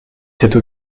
cette